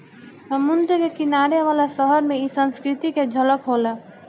समुंद्र के किनारे वाला शहर में इ संस्कृति के झलक होला